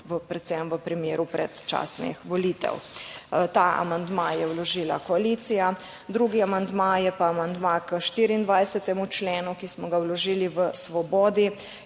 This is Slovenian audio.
predvsem v primeru predčasnih volitev. Ta amandma je vložila koalicija. Drugi amandma je pa amandma k 24. členu, ki smo ga vložili v Svobodi